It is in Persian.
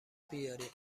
بیارین